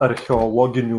archeologinių